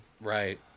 Right